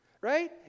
right